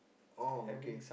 oh okay